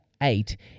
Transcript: eight